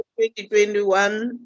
2021